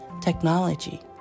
technology